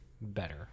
better